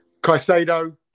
Caicedo